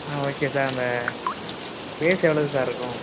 ஆ okay sir அந்த base எவ்வளோ sir இருக்கும்